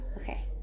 Okay